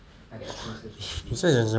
你在讲什么